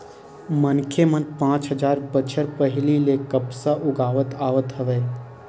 मनखे मन पाँच हजार बछर पहिली ले कपसा उगावत आवत हवय